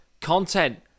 Content